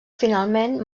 finalment